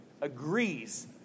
agrees